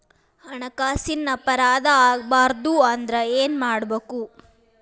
ಹಣ್ಕಾಸಿನ್ ಅಪರಾಧಾ ಆಗ್ಬಾರ್ದು ಅಂದ್ರ ಏನ್ ಮಾಡ್ಬಕು?